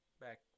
back